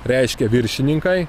reiškia viršininkai